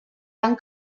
tant